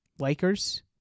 Lakers